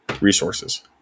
resources